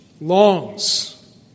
longs